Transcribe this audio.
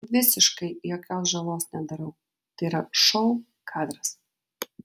visiškai jokios žalos nedarau tai yra šou kadras